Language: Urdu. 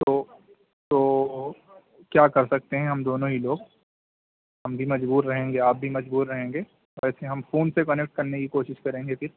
تو تو کیا کر سکتے ہیں ہم دونوں ہی لوگ ہم بھی مجبور رہے ہیں گے آپ بھی مجبور رہیں گے ایسے ہم فون سے کنیکٹ کرنے کی کوشش کریں گے کہ